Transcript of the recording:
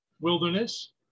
wilderness